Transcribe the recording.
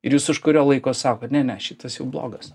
ir jūs už kurio laiko sakot ne ne šitas jau blogas